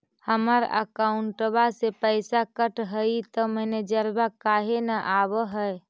हमर अकौंटवा से पैसा कट हई त मैसेजवा काहे न आव है?